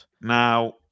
Now